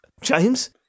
James